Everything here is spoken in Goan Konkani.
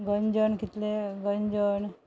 गंजण कितलें गंजण